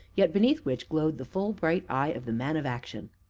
yet beneath which glowed the full, bright eye of the man of action.